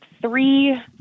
three